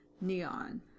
neon